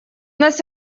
нас